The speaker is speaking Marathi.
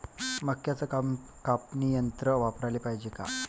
मक्क्याचं कापनी यंत्र वापराले पायजे का?